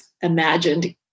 imagined